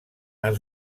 els